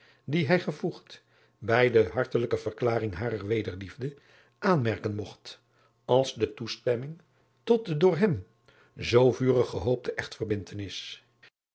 die hij gevoegd bij de hartelijke verklaring harer wederliefde aanmerken mogt als de toestemming tot de door hem zoo vurig gehoopte echtverbindrenis